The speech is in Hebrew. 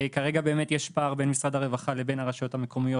כרגע באמת יש פער בין משרד הרווחה לבין הרשויות המקומיות